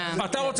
אתה אומר